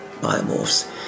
biomorphs